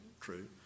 true